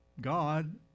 god